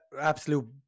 absolute